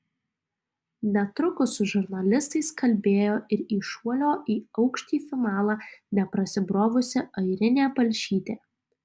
netrukus su žurnalistais kalbėjo ir į šuolio į aukštį finalą neprasibrovusi airinė palšytė